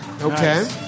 okay